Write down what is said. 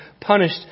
punished